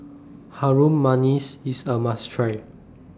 Harum Manis IS A must Try